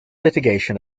litigation